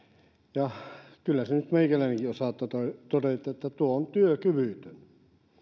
ja kyllä sen nyt meikäläinenkin osaa todeta että tuo on työkyvytön